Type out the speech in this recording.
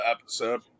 episode